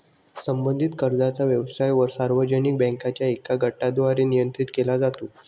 संबंधित कर्जाचा व्यवसाय सार्वजनिक बँकांच्या एका गटाद्वारे नियंत्रित केला जातो